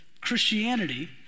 Christianity